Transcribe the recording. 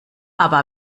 aber